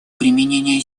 применения